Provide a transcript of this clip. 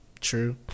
True